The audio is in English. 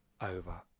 over